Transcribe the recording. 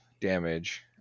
damage